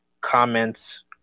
comments